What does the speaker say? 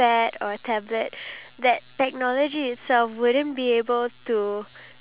you would know that if a person is angry there can be different forms of anger